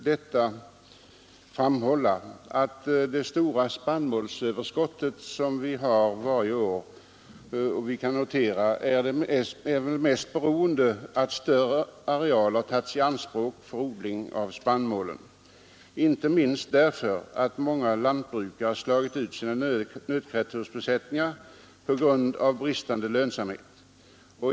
Det stora spannmålsöverskott som vi varje år kan notera är mest beroende på att större arealer tagits i anspråk för odling av spannmål, inte minst därför att många lantbrukare slagit ut sina kreatursbesättningar på grund av bristande lönsamhet.